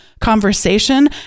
conversation